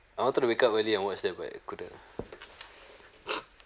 I wanted to wake up early and watch then but I coudn't